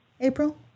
April